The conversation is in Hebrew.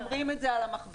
אומרים את זה על המכבסות,